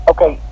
Okay